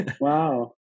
wow